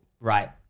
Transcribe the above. right